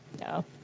No